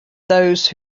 those